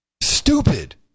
Stupid